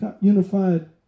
unified